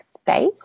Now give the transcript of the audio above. space